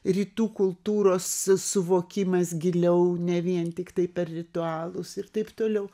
rytų kultūros suvokimas giliau ne vien tiktai per ritualus ir taip toliau